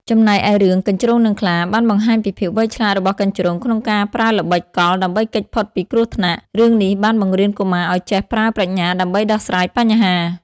ចំណែកឯ រឿង កញ្ជ្រោងនិងខ្លា បានបង្ហាញពីភាពវៃឆ្លាតរបស់កញ្ជ្រោងក្នុងការប្រើល្បិចកលដើម្បីគេចផុតពីគ្រោះថ្នាក់។ រឿងនេះបានបង្រៀនកុមារឲ្យចេះប្រើប្រាជ្ញាដើម្បីដោះស្រាយបញ្ហា។